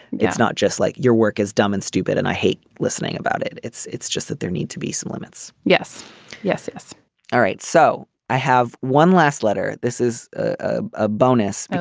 it's not just like your work is dumb and stupid and i hate listening about it it's it's just that there need to be some limits. yes yes. all right. so i have one last letter. this is a bonus. but